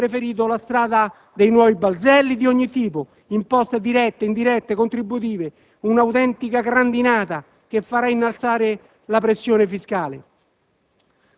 Avete preferito la strada di nuovi balzelli di ogni tipo, imposte dirette, indirette e contributive, un'autentica grandinata che farà innalzare la pressione fiscale.